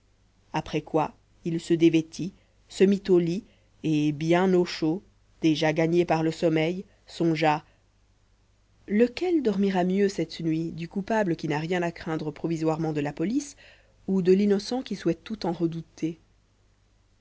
après quoi il se dévêtit se mit au lit et bien au chaud déjà gagné par le sommeil songea lequel dormira mieux cette nuit du coupable qui n'a rien à craindre provisoirement de la police ou de l'innocent qui souhaite tout en redouter